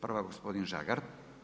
Prvo gospodin Žagar.